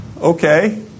Okay